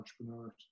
entrepreneurs